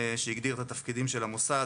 שהגדיר את התפקידים של המוסד,